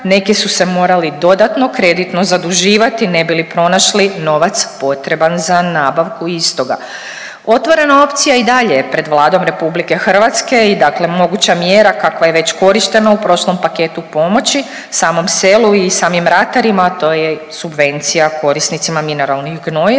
neki su se morali i dodatno kreditno zaduživati ne bi li pronašli novac potreban za nabavku istoga. Otvorena opcija i dalje je pred Vladom RH i dakle moguća mjera kakva je već korištena u prošlom paketu pomoći, samom selu i samim ratarima, a to je subvencija korisnicima mineralnih gnojiva